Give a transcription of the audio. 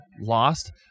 lost